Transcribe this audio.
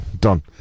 done